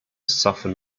soften